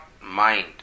mind